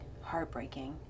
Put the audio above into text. heartbreaking